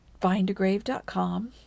findagrave.com